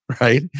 Right